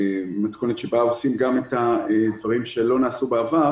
מתכונת שבה גם עושים את הדברים שלא נעשו בעבר,